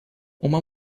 uma